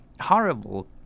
horrible